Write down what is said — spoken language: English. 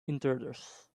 intruders